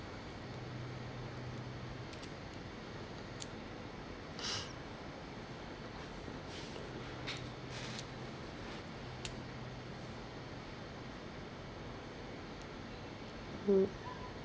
mm